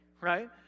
right